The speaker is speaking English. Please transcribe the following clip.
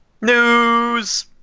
News